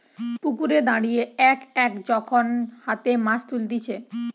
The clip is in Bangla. পুকুরে দাঁড়িয়ে এক এক যখন হাতে মাছ তুলতিছে